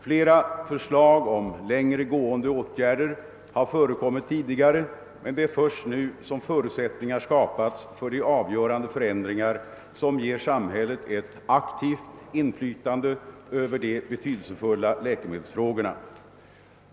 Flera förslag om längre gående åtgärder har tidigare lagts fram, men det är först nu som förutsättningar har skapats för de avgöran de förändringar som ger samhället ett aktivt inflytande över de betydelsefulla läkemedelsfrågorna.